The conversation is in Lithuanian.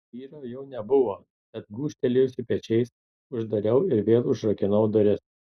vyro jau nebuvo tad gūžtelėjusi pečiais uždariau ir vėl užrakinau duris